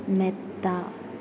മെത്ത